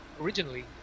originally